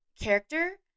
character